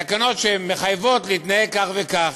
תקנות שמחייבות להתנהג כך וכך.